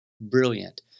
brilliant